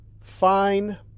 fine